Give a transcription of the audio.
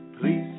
Please